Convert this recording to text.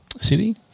City